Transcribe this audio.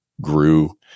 grew